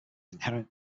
inherent